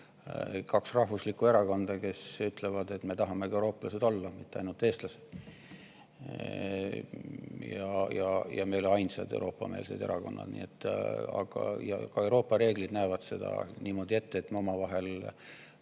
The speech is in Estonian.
kaks rahvuslikku erakonda, kes ütlevad, et me tahame ka eurooplased olla, mitte ainult eestlased. Ja me ei ole ainsad euroopameelsed erakonnad, ka Euroopa reeglid näevad niimoodi ette, et me